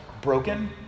broken